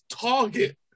target